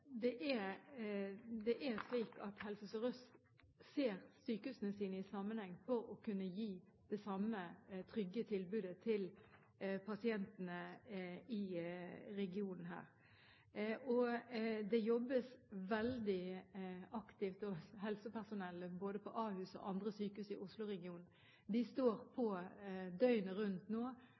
Det er slik at Helse Sør-Øst ser sykehusene sine i sammenheng for å kunne gi det samme trygge tilbudet til pasientene i regionen her. Det jobbes veldig aktivt. Helsepersonellet, både på Ahus og på andre sykehus i Oslo-regionen, står nå på døgnet rundt